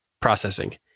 Processing